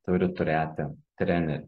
turi turėti trenerį